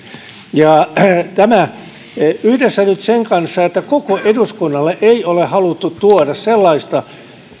ja tämä nyt yhdessä sen kanssa että koko eduskunnalle ei ole haluttu tuoda sellaista